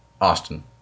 Austin